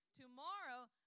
Tomorrow